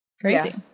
crazy